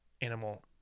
animal